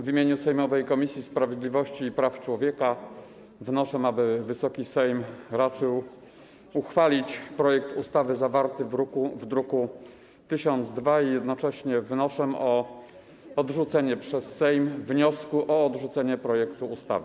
W imieniu sejmowej Komisji Sprawiedliwości i Praw Człowieka wnoszę, aby Wysoki Sejm raczył uchwalić projekt ustawy zawarty w druku 1002, i jednocześnie wnoszę o odrzucenie przez Sejm wniosku o odrzucenie projektu ustawy.